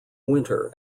winter